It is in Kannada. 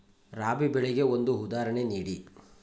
ರಾಬಿ ಬೆಳೆಗೆ ಒಂದು ಉದಾಹರಣೆ ನೀಡಿ